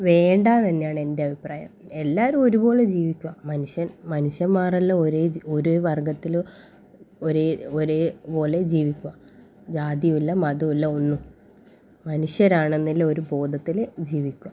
വേണ്ടാന്നന്നെയാണ് എൻ്റെ അഭിപ്രായം എല്ലാവരും ഒരുപോലെ ജീവിക്കുക മനുഷ്യൻ മനുഷ്യന്മാരെല്ലാം ഒരേ ജി ഒരേ വർഗത്തിൽ ഒരേ ഒരേ പോലെ ജീവിക്കുക ജാതിയും ഇല്ല മതവും ഇല്ല ഒന്നും മനുഷ്യരാണെന്നതിൽ ഒരു ബോധത്തിൽ ജീവിക്കുക